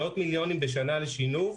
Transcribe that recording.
מאות מיליונים בשנה לשילוב.